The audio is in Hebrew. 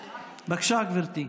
בבקשה, גברתי.